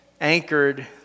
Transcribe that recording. anchored